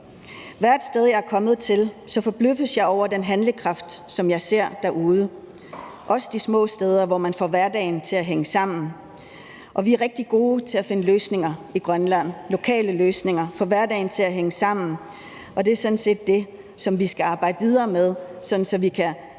Hvert sted, jeg kommer til, forbløffes jeg over den handlekraft, som jeg ser derude, også de små steder, hvor man får hverdagen til at hænge sammen. Og vi er rigtig gode til at finde løsninger i Grønland, lokale løsninger til at få hverdagen til at hænge sammen, og det er sådan set det, som vi skal arbejde videre med, sådan